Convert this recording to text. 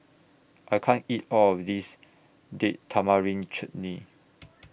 I can't eat All of This Date Tamarind Chutney